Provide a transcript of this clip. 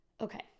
okay